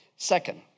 Second